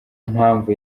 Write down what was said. mpamvu